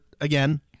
again